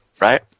right